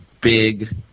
big